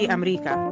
America